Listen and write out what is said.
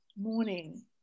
morning